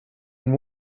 and